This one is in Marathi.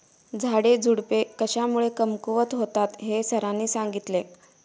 झाडेझुडपे कशामुळे कमकुवत होतात हे सरांनी सांगितले